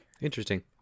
Interesting